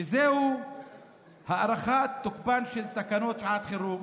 הארכת תוקפן של תקנות שעת חירום